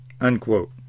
Unquote